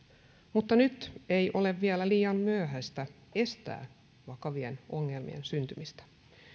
mutta nyt ei ole vielä liian myöhäistä estää vakavien ongelmien syntymistä